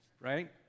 right